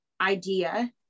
idea